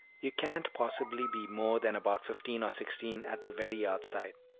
you can't possibly be more than about fifteen, or sixteen at the very outside.